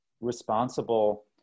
responsible